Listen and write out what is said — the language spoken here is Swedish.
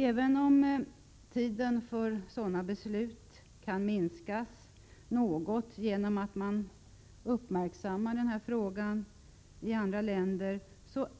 Även om tiden för sådana beslut kan minskas något genom att man uppmärksammar den här frågan i andra länder